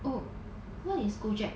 oh what is Gojek